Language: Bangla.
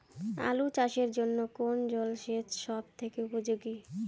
আলু চাষের জন্য কোন জল সেচ সব থেকে উপযোগী?